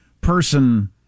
person